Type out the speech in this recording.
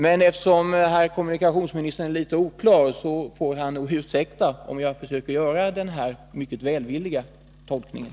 Men eftersom herr kommunikationsministern är litet oklar, så får han nog ursäkta om jag försöker göra den här mycket välvilliga tolkningen.